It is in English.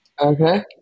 Okay